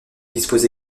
dispose